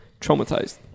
traumatized